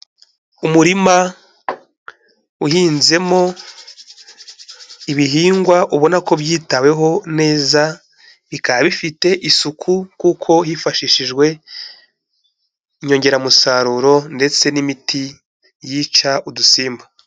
Umurima uhinzemo ibihingwa ubona ko byitaweho neza, bikaba bifite isuku kuko hifashishijwe inyongeramusaruro ndetse n'imiti yica udusimba.